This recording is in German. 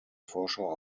vorschau